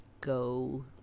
go